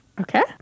Okay